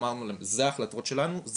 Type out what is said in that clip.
אמרנו להם אלה ההחלטות שלנו,